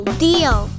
deal